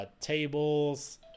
tables